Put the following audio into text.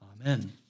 Amen